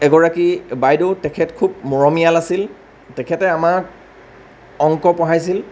এগৰাকী বাইদেউ তেখেত খুব মৰমীয়াল আছিল তেখেতে আমাক অংক পঢ়াইছিল